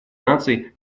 наций